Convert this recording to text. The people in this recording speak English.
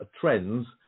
trends